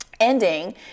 ending